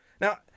now